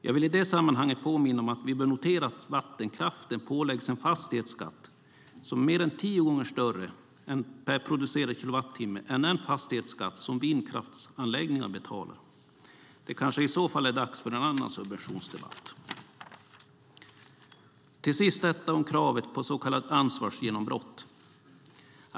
Jag vill i det sammanhanget påminna om att vi bör notera att vattenkraften påläggs en fastighetsskatt som är mer än tio gånger större per producerad kilowattimme än den fastighetsskatt som vindkraftsanläggningar betalar. Det kanske i så fall är dags för en annan subventionsdebatt? Till sist kravet på så kallat ansvarsgenombrott.